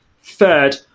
third